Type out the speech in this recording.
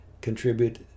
contribute